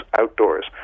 outdoors